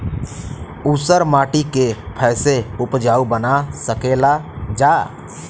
ऊसर माटी के फैसे उपजाऊ बना सकेला जा?